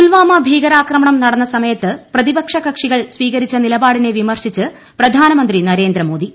പുൽവാമ ഭീകരാക്രമണ്ണം നടന്ന സമയത്ത് പ്രതിപക്ഷ കക്ഷികൾ സ്വീകരിച്ച നിലപാടിനെ പിമർശിച്ച് പ്രധാനമന്ത്രി നരേന്ദ്ര മോദി